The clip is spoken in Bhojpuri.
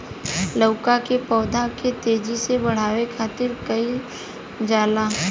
लउका के पौधा के तेजी से बढ़े खातीर का कइल जाला?